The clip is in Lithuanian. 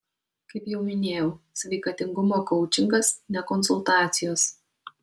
kaip jau minėjau sveikatingumo koučingas ne konsultacijos